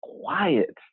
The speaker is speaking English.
quiet